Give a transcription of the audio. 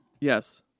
yes